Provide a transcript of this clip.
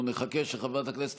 אנחנו נחכה שחברת הכנסת